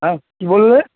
হ্যাঁ কী বললে